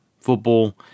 football